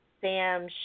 Sam